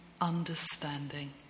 understanding